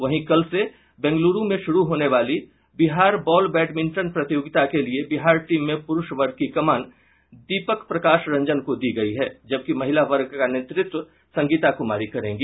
वहीं कल से बेंग्लूरू में शुरू होने वाली बिहार बॉल बैडमिंटन प्रतियोगिता के लिए बिहार टीम में पुरूष वर्ग का कमान दीपक प्रकाश रंजन को दी गयी है जबकि महिला वर्ग का नेतृत्व संगीता कुमारी करेंगी